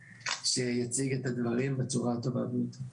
שיציג את הדברים בצורה הטובה ביותר.